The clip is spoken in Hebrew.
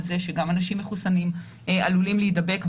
כך שגם אנשים מחוסנים עלולים להידבק,